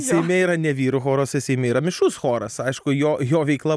seime yra ne vyrų choras o seime yra mišrus choras aišku jo jo veikla